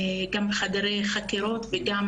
גם בחדרי חקירות וגם